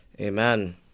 Amen